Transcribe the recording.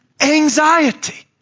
anxiety